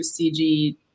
cg